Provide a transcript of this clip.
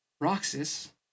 Roxas